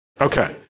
Okay